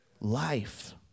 life